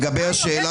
יש גבול.